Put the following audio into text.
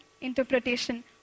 interpretation